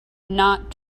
not